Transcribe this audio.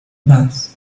bath